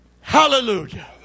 Hallelujah